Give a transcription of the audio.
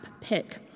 pick